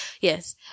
yes